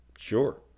Sure